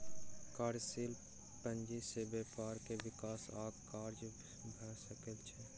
कार्यशील पूंजी से व्यापार के विकास आ कार्य भ सकै छै